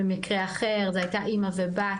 במקרה אחר זה הייתה אמא ובת,